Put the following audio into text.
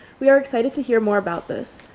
we are excited to hear more about this.